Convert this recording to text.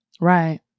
Right